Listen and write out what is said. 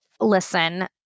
Listen